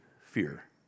fear